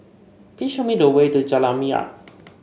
please show me the way to Jalan Minyak